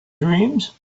dreams